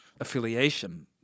affiliation